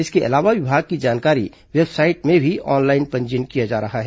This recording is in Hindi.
इसके अलावा विभाग की जनभागीदारी वेबसाइट में भी ऑनलाइन पंजीयन किया जा सकता है